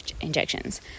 injections